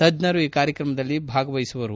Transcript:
ತಜ್ಞರು ಈ ಕಾರ್ಯಕ್ರಮಗಳಲ್ಲಿ ಭಾಗವಹಿಸುವರು